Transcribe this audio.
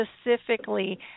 specifically